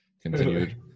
continued